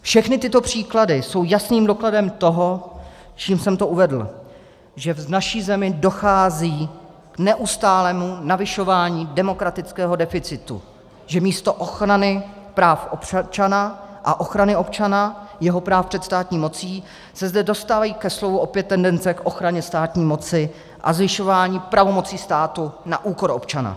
Všechny tyto příklady jsou jasným dokladem toho, čím jsem to uvedl, že v naší zemi dochází k neustálému navyšování demokratického deficitu, že místo ochrany práv občana a ochrany občana, jeho práv před státní mocí, se zde dostávají ke slovu opět tendence k ochraně státní moci a zvyšování pravomocí státu na úkor občana.